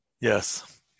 Yes